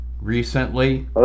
Recently